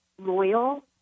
loyal